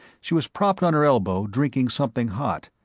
she was propped on her elbow drinking something hot,